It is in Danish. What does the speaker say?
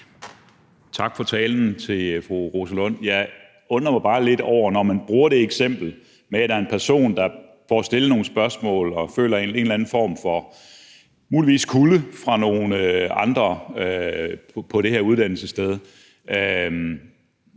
til fru Rosa Lund for talen. Jeg undrer mig bare lidt over noget. Man bruger det eksempel med, at der er en person, der får stillet nogle spørgsmål og føler en eller anden form for muligvis kulde fra nogle andre på det her uddannelsessted.